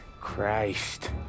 Christ